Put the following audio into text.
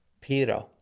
Peter